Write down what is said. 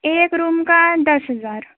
एक रूम का दस हज़ार